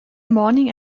morning